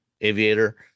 aviator